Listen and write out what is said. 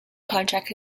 contract